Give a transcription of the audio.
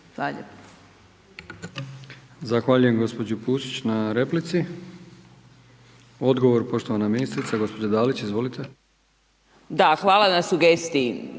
Hvala